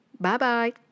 Bye-bye